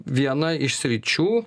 viena iš sričių